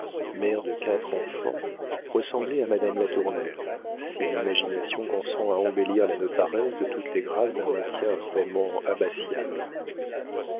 mère de quatre enfants ressemblait à madame latournelle si l'imagination consent à embellir la notaresse de toutes les grâces d'un maintien vraiment abbatial